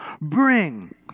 bring